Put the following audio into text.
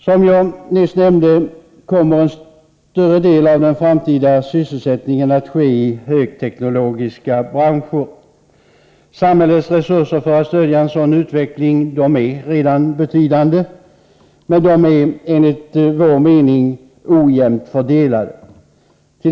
Som jag nyss nämnde kommer en större andel av den framtida sysselsättningen att ske i högteknologiska branscher. Samhällets resurser för att stödja en sådan utveckling är redan betydande, men de är enligt vår mening ojämnt fördelade.